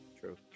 True